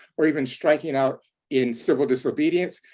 or even striking out in civil disobedience,